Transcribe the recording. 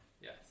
Yes